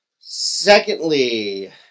Secondly